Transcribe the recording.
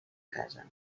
casa